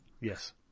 Yes